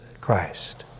Christ